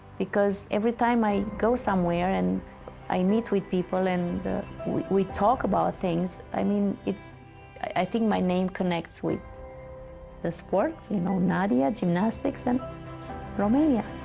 because every time i go somewhere and i meet with people and we talk about things, i mean i think my name connects with the sport, you know, nadia, gymnastics and romania.